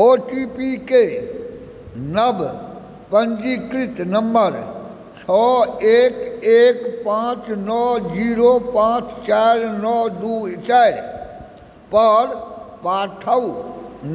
ओटीपीके नव पंजीकृत नम्बर छओ एक एक पाँच नओ जीरो पाँच चारि नओ दू चारि पर पठाउ